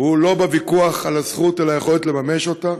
הוא לא בוויכוח על הזכות אלא ביכולת לממש אותה.